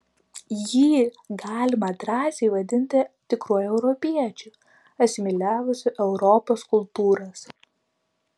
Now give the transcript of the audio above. jį galima drąsiai vadinti tikruoju europiečiu asimiliavusiu europos kultūras